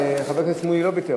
אבל חבר הכנסת שמולי לא ויתר,